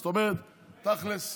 זאת אומרת, תכלס,